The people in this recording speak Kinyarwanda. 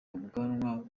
ubwanwa